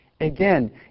again